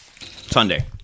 Sunday